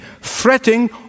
fretting